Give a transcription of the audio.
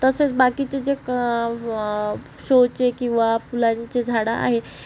तसंच बाकीचे जे क शोचे किंवा फुलांचे झाड आहे